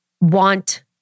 want